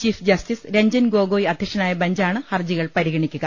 chief justice Ranjan Gogoi അധ്യക്ഷനായ ബെഞ്ചാണ് ഹർജി കൾ പരിഗണിക്കുക